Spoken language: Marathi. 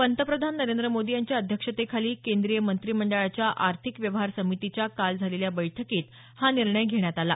पंतप्रधान नरेंद्र मोदी यांच्या अध्यक्षतेखाली केंद्रीय मंत्रिमंडळाच्या आर्थिक व्यवहार समितीच्या काल झालेल्या बैठकीत हा निर्णय घेण्यात आला